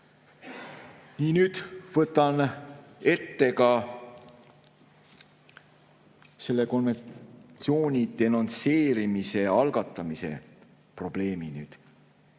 Nii. Nüüd võtan ette ka selle konventsiooni denonsseerimise algatamise probleemi.